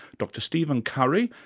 dr steven curry,